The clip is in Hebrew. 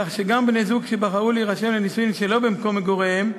כך שגם בני-זוג שבחרו להירשם לנישואים שלא במקום מגוריהם,